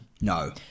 No